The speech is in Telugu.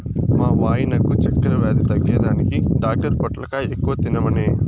మా వాయినకు చక్కెర వ్యాధి తగ్గేదానికి డాక్టర్ పొట్లకాయ ఎక్కువ తినమనె